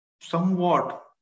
somewhat